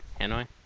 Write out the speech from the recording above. Hanoi